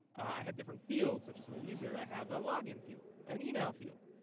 i have different fields, such as my user. i have a log in field, an email field,